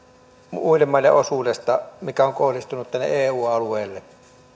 muiden maiden osuudesta mikä on kohdistunut tänne eu alueelle